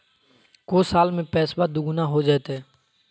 को साल में पैसबा दुगना हो जयते?